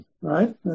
right